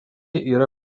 yra